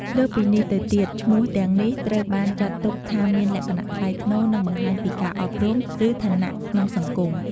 លើសពីនេះទៅទៀតឈ្មោះទាំងនេះត្រូវបានចាត់ទុកថាមានលក្ខណៈថ្លៃថ្នូរ និងបង្ហាញពីការអប់រំ ឬឋានៈក្នុងសង្គម។